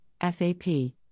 FAP